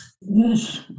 yes